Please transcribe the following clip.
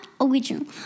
original